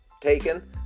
taken